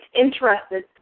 interested